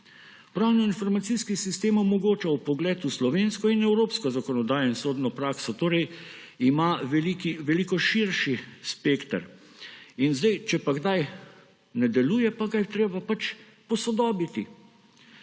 Pravno-informacijski sistem omogoča vpogled v slovensko in evropsko zakonodajo in sodno prakso! Torej ima veliko širši spekter in zdaj, če pa kdaj ne deluje, pa ga je treba pač posodobiti.